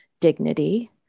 dignity